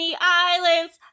islands